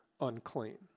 unclean